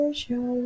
show